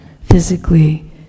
physically